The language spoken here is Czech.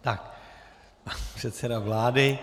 Pan předseda vlády.